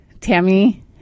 Tammy